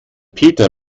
peter